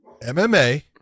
MMA